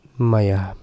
Maya